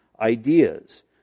ideas